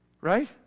Right